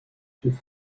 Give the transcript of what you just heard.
chécy